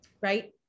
right